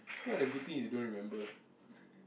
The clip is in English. now the good thing you don't remember